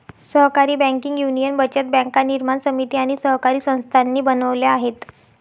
सहकारी banking union बचत बँका निर्माण समिती आणि सहकारी संस्थांनी बनवल्या आहेत